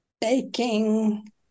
baking